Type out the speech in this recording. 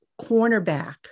cornerback